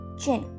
chin